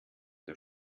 der